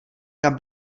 kam